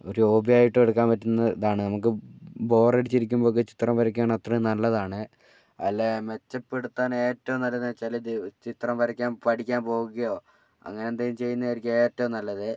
ഒരു ഹോബിയായിട്ടും എടുക്കാൻ പറ്റുന്നത് ഇതാണ് നമുക്ക് ബോറടിച്ചിരിക്കുമ്പോഴൊക്കെ ചിത്രം വരയ്ക്കുകയാണെങ്കിൽ അത്രയും നല്ലതാണ് അല്ലെങ്കിൽ മെച്ചപ്പെടുത്താൻ ഏറ്റവും നല്ലതെന്നു വച്ചാൽ ചിത്രം വരയ്ക്കാൻ പഠിക്കാൻ പോവുകയോ അങ്ങനെ എന്തെങ്കിലും ചെയ്യുന്നയായിരിക്കും ഏറ്റവും നല്ലത്